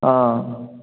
অঁ